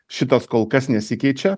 šitas kol kas nesikeičia